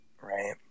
Right